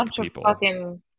people